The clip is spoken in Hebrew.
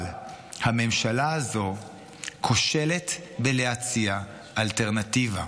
אבל הממשלה הזאת כושלת בלהציע אלטרנטיבה.